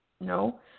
no